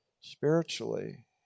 spiritually